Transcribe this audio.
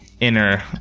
inner